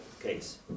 case